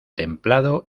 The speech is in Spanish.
templado